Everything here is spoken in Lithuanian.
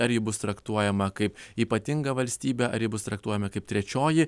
ar ji bus traktuojama kaip ypatinga valstybė ar ji bus traktuojama kaip trečioji